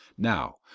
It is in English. now,